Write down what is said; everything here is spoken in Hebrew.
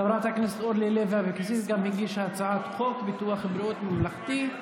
חברת הכנסת אורלי לוי אבקסיס הגישה הצעת חוק ביטוח בריאות ממלכתי,